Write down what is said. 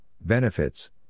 Benefits